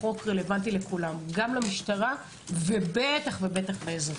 והחוק רלוונטי לכולם גם למשטרה ובטח לאזרחים.